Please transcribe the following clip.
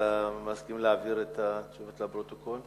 אתה מסכים להעביר את התשובות לפרוטוקול?